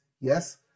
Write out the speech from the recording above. Yes